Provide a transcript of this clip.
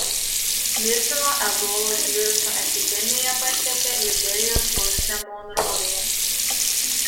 mirtino ebolos viruso epidemija pasiekė liberijos sostinę monroviją